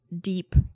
deep